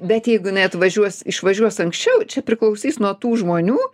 bet jeigu jinai atvažiuos išvažiuos anksčiau čia priklausys nuo tų žmonių